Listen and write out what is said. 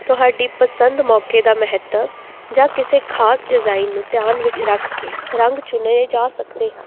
ਤੁਹਾਡੀ ਪਸੰਦ ਮੌਕੇ ਦਾ ਮਹੱਤਵ ਜਾਂ ਕਿਸੇ ਖਾਸ ਡਿਜ਼ਾਈਨ ਨੂੰ ਧਿਆਨ ਵਿੱਚ ਰੱਖ ਕੇ ਰੰਗ ਚੁਣੇ ਜਾ ਸਕਦੇ ਹਨ